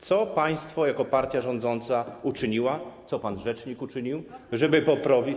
Co państwo jako partia rządząca uczynili, co pan rzecznik uczynił, żeby poprawić.